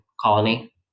colony